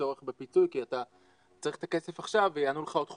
הצורך בפיצוי כי אתה צריך את הכסף עכשיו ויענו לך עוד חודשיים.